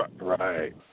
Right